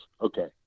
Okay